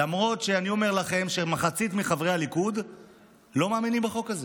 למרות שאני אומר לכם שמחצית מחברי הליכוד לא מאמינים בחוק הזה,